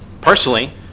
personally